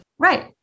Right